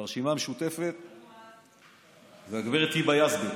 הרשימה המשותפת והגב' היבה יזבק.